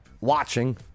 watching